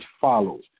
follows